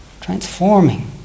Transforming